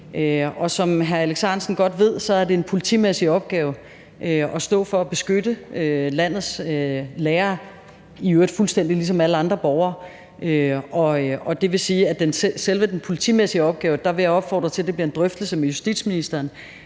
som hr. Alex Ahrendtsen godt ved, er det en politimæssig opgave at stå for at beskytte landets lærere – i øvrigt fuldstændig ligesom alle andre borgere – og det vil sige, at i forhold til selve den politimæssige opgave vil jeg opfordre til, at det bliver en drøftelse med justitsministeren.